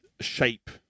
shape